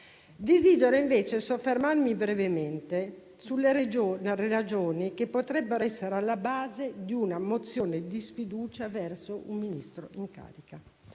Desidero invece soffermarmi brevemente sulle ragioni che potrebbero essere alla base di una mozione di sfiducia verso un Ministro in carica.